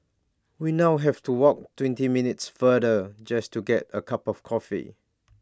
we now have to walk twenty minutes farther just to get A cup of coffee